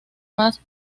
más